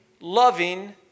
loving